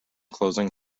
closing